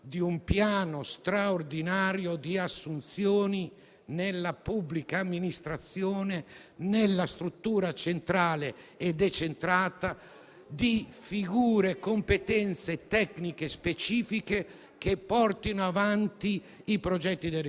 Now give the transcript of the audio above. Credo sia importante sottolineare la scelta sulla tassa per gli ambulanti e per i ristoranti. Questo rappresenta ossigeno